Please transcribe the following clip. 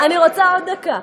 אני רוצה רק דקה.